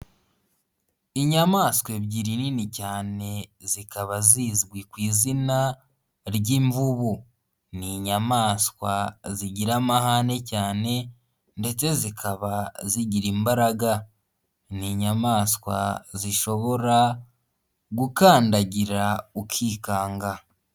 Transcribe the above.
Inyamaswa ebyiri nini cyane zikaba zizwi ku izina ry'imvubu, ni inyamaswa zigira amahane cyane ndetse zikaba zigira imbaraga, ni inyamaswa zishobora gukandagira ukikanga.